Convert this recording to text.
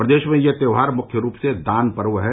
प्रदेश में यह त्योहार मुख्य रूप से दान पर्व है